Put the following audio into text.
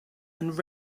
and